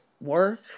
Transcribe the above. work